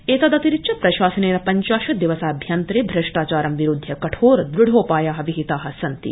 एतदतिरिच्य प्रशासनेन पंचाशत दिवसाभ्यन्तरे भ्रष्टाचारं विरूद्धय कठोर दृढोपाया विहिता सन्ति